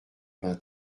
vingt